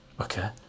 Okay